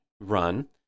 run